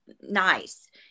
nice